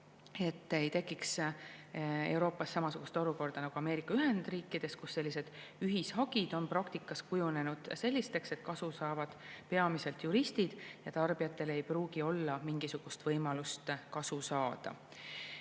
ei tekiks samasugust olukorda nagu Ameerika Ühendriikides, kus sellised ühishagid on praktikas kujunenud sellisteks, et kasu saavad peamiselt juristid, ja tarbijatel ei pruugi olla mingisugust võimalust kasu saada.